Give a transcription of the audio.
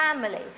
family